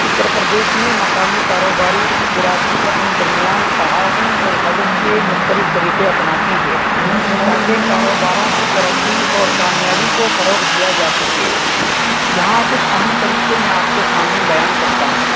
اتّر پردیش میں مکامی کاروباری برادری اپنے درمیان تعاون اور مدد کے مختلف طریقے اپناتی ہے تاکہ کاروباروں کی ترقی اور کامیابی کو فروغ دیا جا سکے یہاں کچھ اہم طریقے میں آپ کے سامنے بیان کرتا ہوں